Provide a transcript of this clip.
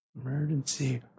Emergency